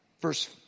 Verse